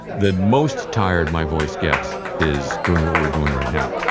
the most tired my voice gets is doing what we're doing right now,